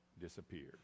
disappeared